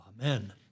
Amen